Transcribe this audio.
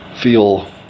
feel